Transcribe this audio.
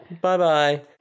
Bye-bye